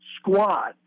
squad